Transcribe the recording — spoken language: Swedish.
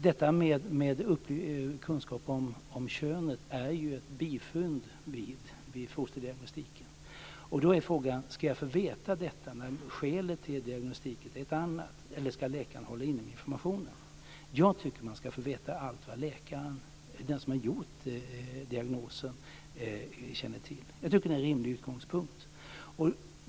Detta med kunskap om könet är ju ett bifynd vid fosterdiagnostiken. Då är frågan: Ska jag få veta detta när skälet till diagnostiken är ett annat eller ska läkaren hålla inne med informationen? Jag tycker att man ska få veta allt som den som har gjort diagnosen känner till. Jag tycker att det är en rimlig utgångspunkt.